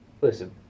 Listen